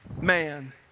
man